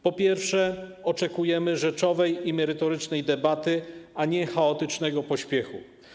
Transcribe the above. Po pierwsze, oczekujemy rzeczowej i merytorycznej debaty, a nie chaotycznego pośpiechu.